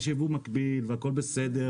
יש ייבוא מקביל והכול בסדר.